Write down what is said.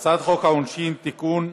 הצעת חוק העונשין (תיקון,